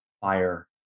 Fire